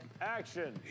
Action